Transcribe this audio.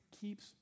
keeps